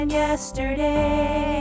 yesterday